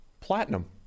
platinum